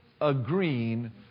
agreeing